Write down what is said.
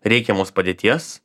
reikiamos padėties